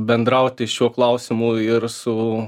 bendrauti šiuo klausimu ir su